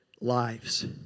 lives